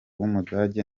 w’umudage